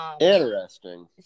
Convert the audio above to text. Interesting